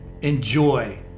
enjoy